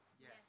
Yes